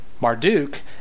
Marduk